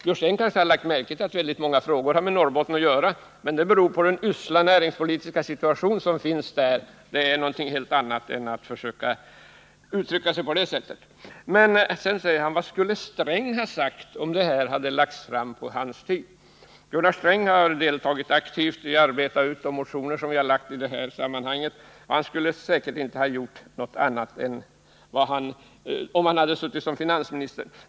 Karl Björzén har kanske lagt märke till att väldigt många frågor har med Norrbotten att göra, men det beror på den usla näringspolitiska situation som råder där. Det är någonting helt annat. Sedan säger han: Vad skulle Gunnar Sträng ha sagt om det här förslaget hade lagts fram på hans tid? Gunnar Sträng har deltagit aktivt i utarbetandet av de motioner som vi har väckt i det här sammanhanget, och han hade säkert inte gjort något annat än vad vi nu föreslår, om han suttit som finansminister.